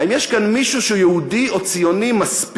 האם יש כאן מישהו שהוא יהודי או ציוני מספיק